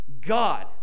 God